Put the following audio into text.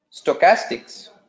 stochastics